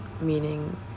Meaning